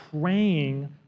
praying